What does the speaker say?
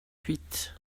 huit